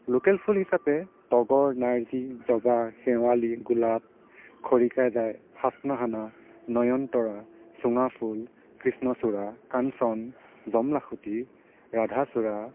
local ফুল হিচাপে তগৰ নাৰ্জী জবা শেৱালী গোলাপ খৰিকাজাঁই হাচ্নাহানা নয়নতৰা চুঙাফুল কৃষ্ণচূড়া কাঞ্চন যমলাখুটি ৰাধাচূড়া